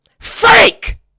Fake